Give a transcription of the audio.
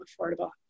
affordable